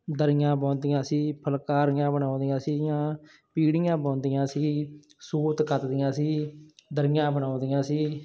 ਦਰੀਆਂ ਬੁਣਦੀਆਂ ਸੀ ਫ਼ੁਲਕਾਰੀਆਂ ਬਣਾਉਂਦੀਆਂ ਸੀਗੀਆਂ ਪੀੜੀਆਂ ਬੁਣਦੀਆਂ ਸੀ ਸੂਤ ਕੱਤਦੀਆਂ ਸੀ ਦਰੀਆਂ ਬਣਾਉਂਦੀਆਂ ਸੀ